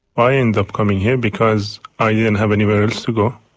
i ended up coming here because i didn't have anywhere else to go,